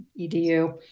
edu